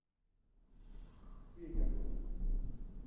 ठीक ऐ मैम